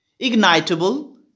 ignitable